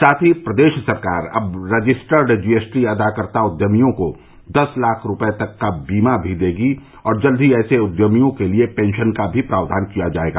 साथ ही प्रदेश सरकार अब रजिस्टर्ड जी एस टी अदाकता उद्यमियों को दस लाख रूपये तक का बीमा भी देगी और जल्द ही ऐसे उद्यमियों के लिए पेंशन का भी प्रावधान किया जाएगा